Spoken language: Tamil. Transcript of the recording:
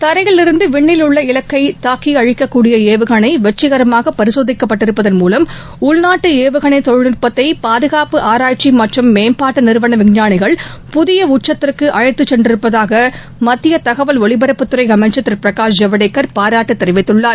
தரையிலிருந்து விண்ணில் உள்ள இலக்கை தாக்கி அழிக்கக்கூடிய ஏவுகனை வெற்றிகரமாக பரிசோதிக்கப்பட்டிருப்பதன் மூலம் உள்நாட்டு ஏவுகணை தொழில்நுட்பத்தை பாதகாப்பு ஆராய்ச்சி மற்றம் மேம்பாட்டு நிறுவன விஞ்ஞானிகள் புதிய உச்சத்திற்கு அழழத்துச் சென்றிருப்பதாக மத்திய தகவல் ஒலிபரப்புத்துறை அமைச்சர் திரு பிரகாஷ் ஜவடேகர் பாராட்டு தெரிவித்துள்ளார்